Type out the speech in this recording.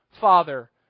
Father